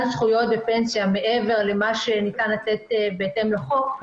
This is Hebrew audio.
זכויות בפנסיה מעבר למה שניתן לתת בהתאם לחוק.